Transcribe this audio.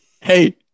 hey